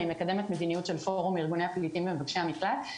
אני מקדמת מדיניות של פורום ארגוני הפליטים מבקשי המקלט.